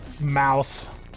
mouth